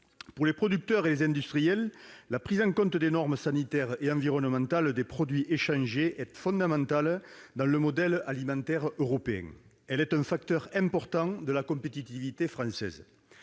Pour les producteurs et les industriels, la prise en compte des normes sanitaires et environnementales des produits échangés est fondamentale dans le modèle alimentaire européen. Elle est un facteur important de la compétitivité française.